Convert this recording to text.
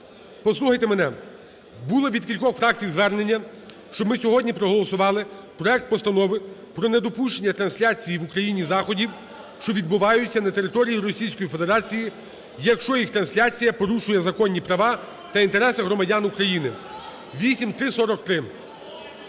Послухайте мене! Було від кількох фракцій звернення, щоб ми сьогодні проголосували проект Постанови "Про недопущення трансляції в Україні заходів, що відбуваються на території Російської Федерації, якщо їх трансляція порушує законні права та інтереси громадян України" (8343).